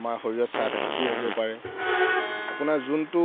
আমাৰ শৰীৰত ছাইড এফেক্টো হ'ব পাৰে আপোনাৰ যোনটো